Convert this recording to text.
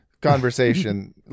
conversation